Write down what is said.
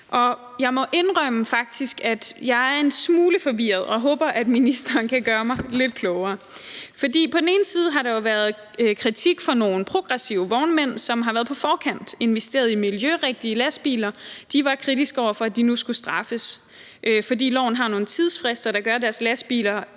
Jeg må indrømme, at jeg faktisk er en smule forvirret og håber, at ministeren kan gøre mig lidt klogere. For på den ene side har der været kritik fra nogle progressive vognmænd, som har været på forkant og investeret i miljørigtige lastbiler. De var kritiske over for, at de nu skulle straffes, fordi lovgivningen har nogle tidsfrister, som gør, at deres lastbiler